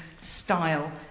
style